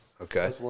Okay